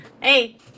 Hey